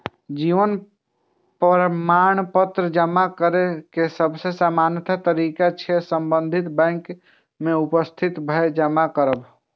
जीवन प्रमाण पत्र जमा करै के सबसे सामान्य तरीका छै संबंधित बैंक में उपस्थित भए के जमा करब